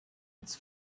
its